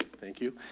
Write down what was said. thank you.